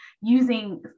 using